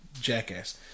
jackass